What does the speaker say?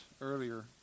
earlier